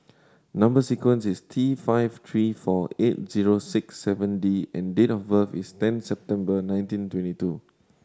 number sequence is T five three four eight zero six seven D and date of birth is ten September nineteen twenty two